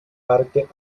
parque